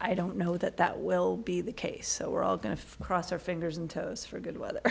i don't know that that will be the case so we're all going to cross our fingers and toes for good weather